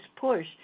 push